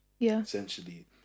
essentially